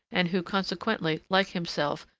and who, consequently, like himself,